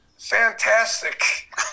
Fantastic